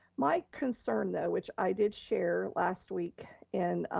my concern though, which i did share last week in